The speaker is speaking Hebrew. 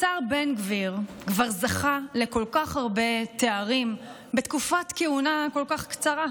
השר בן גביר כבר זכה לכל כך הרבה תארים בתקופת כהונה כל כך קצרה: